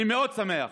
אני מאוד שמח.